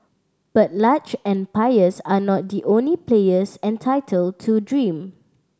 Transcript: but large empires are not the only players entitled to dream